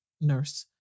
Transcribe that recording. nurse